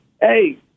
hey